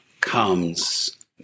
comes